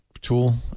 tool